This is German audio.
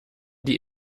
die